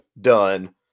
done